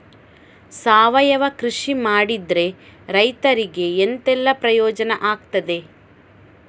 ಸಾವಯವ ಕೃಷಿ ಮಾಡಿದ್ರೆ ರೈತರಿಗೆ ಎಂತೆಲ್ಲ ಪ್ರಯೋಜನ ಆಗ್ತದೆ?